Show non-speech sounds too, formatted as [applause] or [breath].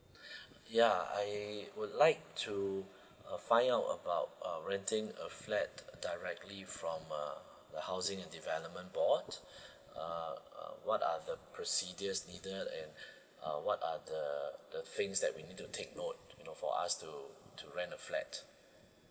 [breath] ya I would like to uh find out uh renting a flat directly from err housing and development board [breath] uh uh what are the procedures needed and [breath] uh what are the the things that we need to take note you know for us to to rent a flat